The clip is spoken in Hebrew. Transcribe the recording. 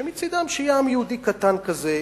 שמצדם שיהיה עם יהודי קטן כזה,